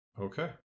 Okay